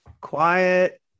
quiet